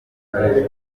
karere